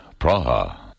Praha